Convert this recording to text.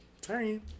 Sorry